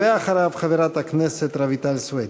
אחריו, חברת הכנסת רויטל סויד.